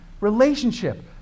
relationship